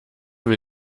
will